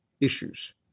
issues